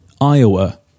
iowa